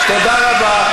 תודה רבה.